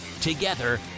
together